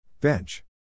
Bench